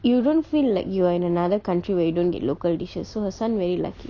you don't feel like you are in another country where you don't get local dishes so the son really like it